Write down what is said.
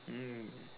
mm